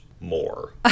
more